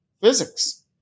physics